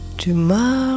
tomorrow